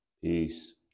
Peace